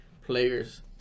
players